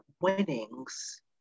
winnings